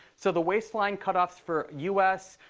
so the waistline cutoffs for us,